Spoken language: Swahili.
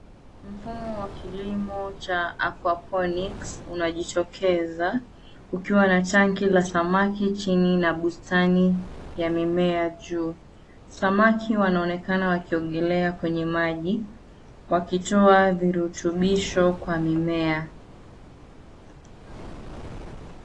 Mfumo wa kilimo cha aquaponics unajitokeza ukiwa na tanki la samaki chini na bustani ya mimea juu. Samaki wanaonekana wakiogelea kwenye maji wakitoa virutubisho kwa mimea.